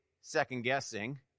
second-guessing